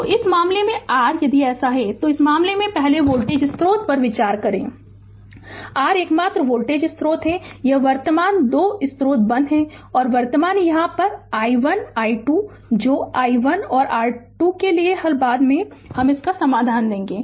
तो इस मामले में r यदि ऐसा है तो इस मामले में पहले वोल्टेज स्रोत पर विचार करें और r यह एकमात्र वोल्टेज स्रोत है यह वर्तमान 2 स्रोत बंद हैं और वर्तमान यहाँ है i1 i2 जो i1और i2 के लिए हल बाद में हम इसका समाधान देगे